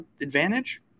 advantage